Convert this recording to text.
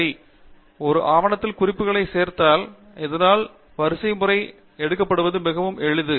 சரி ஒரு ஆவணத்தில் குறிப்புகளை சேர்த்தல் இதனால் வரிசைமுறை எடுக்கப்படுவது மிகவும் எளிது